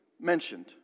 mentioned